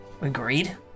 Agreed